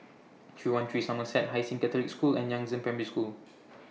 three one three Somerset Hai Sing Catholic School and Yangzheng Primary School